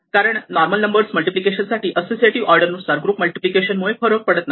कारण normal numbers multiplication साठी associative order नुसार ग्रुप मल्टिप्लिकेशन मुळे फरक पडत नाही